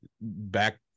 back